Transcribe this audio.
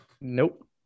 Nope